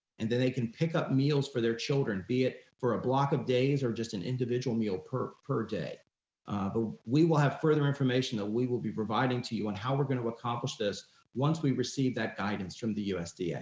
and then they can pick up meals for their children, be it for a block of days or just an individual meal per per day. but we will have further information that we will be providing to you on how we're gonna accomplish this once we receive that guidance from the usda. yeah